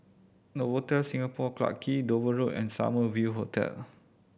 Novotel Singapore Clarke Quay Dover Road and Summer View Hotel